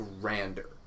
grander